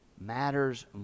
matters